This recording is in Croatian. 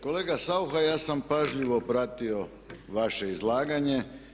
Kolega Saucha, ja sam pažljivo pratio vaše izlaganje.